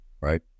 right